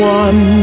one